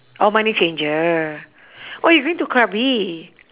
orh money changer orh you going to krabi